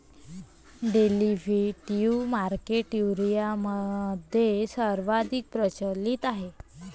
derivative market युरोपमध्ये सर्वाधिक प्रचलित आहे